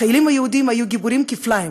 החיילים היהודים היו גיבורים כפליים,